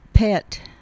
pet